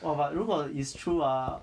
!wah! but 如果 is true ah